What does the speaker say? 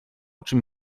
czym